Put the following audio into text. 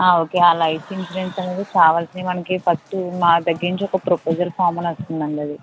okay ఆ life insurance అనేది కావాల్సి మనకి ఫస్ట్ మా దగ్గర నుంచి ప్రపోసల్ ఫామ్ అని వస్తుంది అండి అది